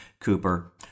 Cooper